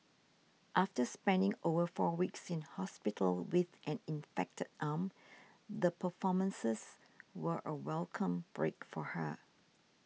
after spending over four weeks in hospital with an infected arm the performances were a welcome break for her